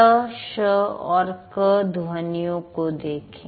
ट श और क ध्वनियों को देखें